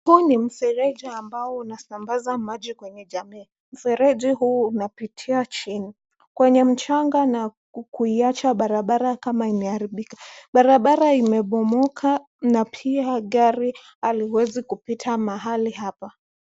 Huu ni mfereji ambao unasambaza maji kwenye jamii. Mfereji huu unapitia chini kwenye mchanga na kuiacha barabara kama imeharibika. Barabara imebomoka na pia gari haliwezi kupita mahali hapa.